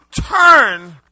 turn